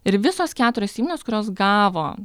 ir visos keturios įmonės kurios gavo